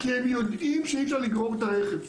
כי הם יודעים שאי אפשר לגרור את הרכב.